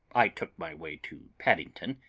i took my way to paddington,